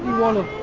one